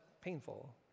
painful